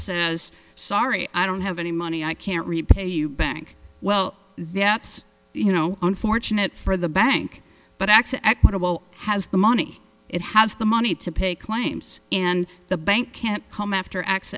says sorry i don't have any money i can't repay you bank well that's you know unfortunate for the bank but x equitable has the money it has the money to pay claims and the bank can't come after